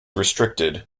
restricted